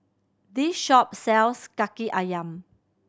this shop sells Kaki Ayam